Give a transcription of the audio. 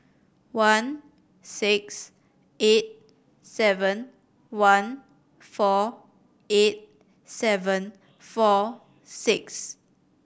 one six eight seven one four eight seven four six